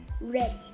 ready